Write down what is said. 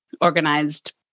organized